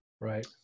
Right